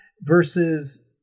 versus